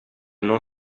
non